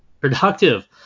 productive